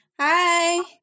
Hi